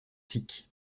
sikhs